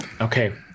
Okay